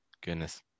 goodness